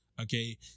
okay